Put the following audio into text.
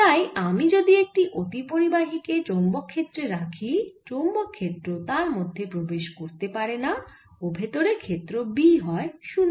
তাই আমি যদি একটি অতিপরিবাহী কে চৌম্বক ক্ষেত্রে রাখি চৌম্বক ক্ষেত্র তার মধ্যে প্রবেশ করতে পারেনা ও ভেতরে ক্ষেত্র B হয় 0